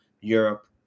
Europe